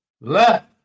left